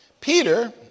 Peter